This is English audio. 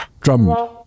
Drum